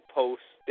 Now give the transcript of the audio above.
posts